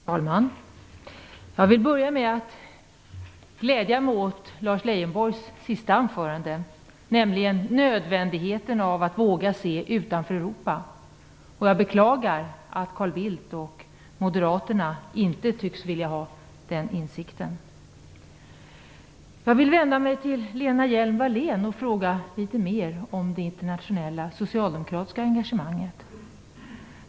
Herr talman! Jag vill börja med att säga att jag gläder mig åt Lars Leijonborgs sista anförande här. Det gäller alltså det nödvändiga i att våga se utanför Europa. Jag beklagar att Carl Bildt och Moderaterna inte tycks vilja ha den insikten. Jag vill så vända mig till Lena Hjelm-Wallén och fråga litet mera om det internationella socialdemokratiska engagemanget.